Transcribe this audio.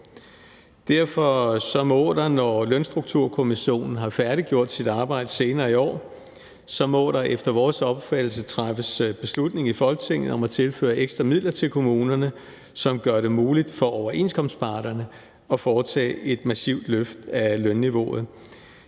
Derfor må der, når Lønstrukturkomitéen har færdiggjort sit arbejde senere i år, efter vores opfattelse træffes beslutning i Folketinget om at tilføre ekstra midler til kommunerne, som gør det muligt for overenskomstparterne at foretage et massivt løft af lønniveauet.